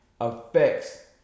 affects